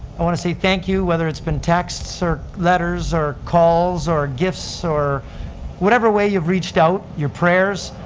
i want to say thank you, whether it's been texts or letters or calls or gifts, or whatever way you've reached out. your prayers,